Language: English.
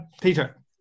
Peter